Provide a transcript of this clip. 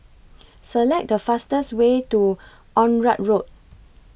Select The fastest Way to Onraet Road